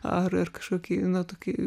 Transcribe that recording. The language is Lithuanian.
ar ar kažkokie na tokie